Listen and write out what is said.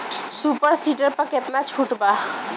Super seeder पर केतना छूट बा?